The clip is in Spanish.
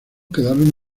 quedaron